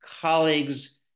colleagues